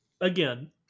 Again